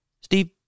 Steve